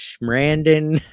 Brandon